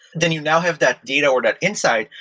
then you now have that data or that insight,